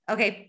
Okay